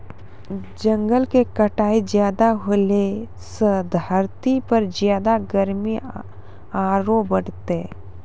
जंगल के कटाई ज्यादा होलॅ सॅ धरती पर ज्यादा गर्मी आरो बढ़तै